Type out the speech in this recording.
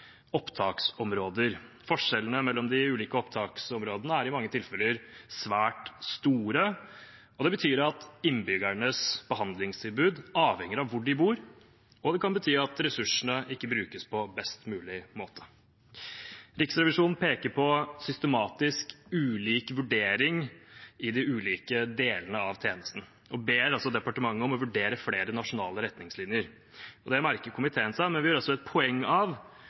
opptaksområder. Forskjellene mellom de ulike opptaksområdene er i mange tilfeller svært store. Det betyr at innbyggernes behandlingstilbud avhenger av hvor de bor, og det kan bety at ressursene ikke brukes på best mulig måte. Riksrevisjonen peker på systematisk ulik vurdering i de ulike delene av tjenesten, og ber departementet om å vurdere flere nasjonale retningslinjer. Det merker komiteen seg, men vi gjør også et poeng av